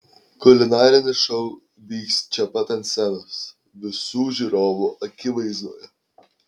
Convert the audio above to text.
kulinarinis šou vyks čia pat ant scenos visų žiūrovų akivaizdoje